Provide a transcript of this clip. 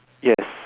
yes